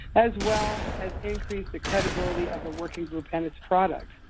as well as increase the credibility of the working group and its products.